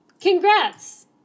Congrats